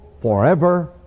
forever